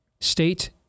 State